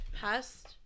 Past